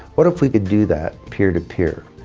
what if we could do that peer to peer?